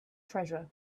treasure